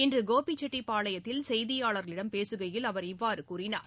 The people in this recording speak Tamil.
இன்று கோபிச்செட்டிப்பாளையத்தில் செய்தியாளர்களிடம் பேசுகையில் அவர் இவ்வாறு கூறினார்